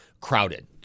crowded